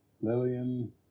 Lillian